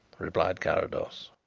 replied carrados.